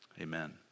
Amen